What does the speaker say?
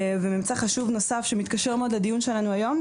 וממצא חשוב נוסף שמתקשר לדיון שלנו היום,